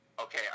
Okay